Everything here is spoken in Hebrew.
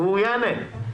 והוא יענה.